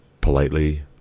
politely